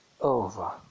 over